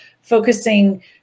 focusing